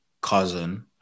cousin